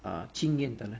uh 经验的人